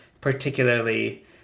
particularly